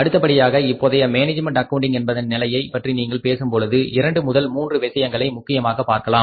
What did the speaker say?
அடுத்தபடியாக இப்போதைய management accounting என்பதன் நிலையைப் பற்றி நீங்கள் பேசும்பொழுது இரண்டு முதல் மூன்று விஷயங்களை முக்கியமாக பார்க்கலாம்